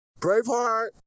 Braveheart